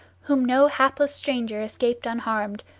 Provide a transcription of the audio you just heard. whom no hapless stranger escaped unharmed,